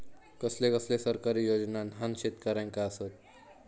कसले कसले सरकारी योजना न्हान शेतकऱ्यांना आसत?